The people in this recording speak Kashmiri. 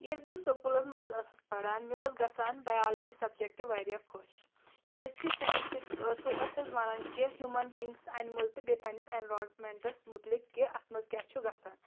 ییٚلہِ بہٕ سکوٗلَس منٛز ٲسٕس پَڑان مےٚ اوس گژھان بیالجی سَبجَکٹ واریاہ خۄش کیازکہِ تَمہِ سۭتۍ سُہ ٲسۍ اَسہِ وَنان کہِ ہِیوٗمَن بِیٖنٛگٕس اَنِمُل تہٕ بیٚیہِ پنٛنِس اَٮ۪نٛرَامِنٹَس مُتلِق کہِ اَتھ منٛز کِیاہ چھُ گژھان